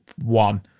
One